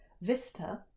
vista